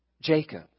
Jacob